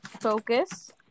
focus